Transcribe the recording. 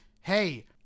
hey